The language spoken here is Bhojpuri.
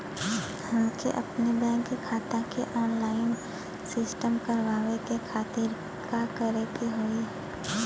हमके अपने बैंक खाता के ऑनलाइन सिस्टम करवावे के खातिर का करे के होई?